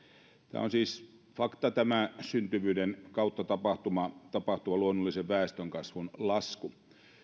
tämä on siis fakta tämä syntyvyyden kautta tapahtuva luonnollisen väestönkasvun lasku